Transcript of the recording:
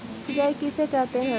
सिंचाई किसे कहते हैं?